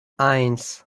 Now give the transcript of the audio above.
eins